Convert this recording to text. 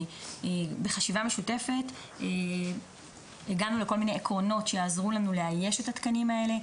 בחשיבה משותפת הגענו לכל מיני עקרונות שיעזרו לנו לאייש את התקנים האלה.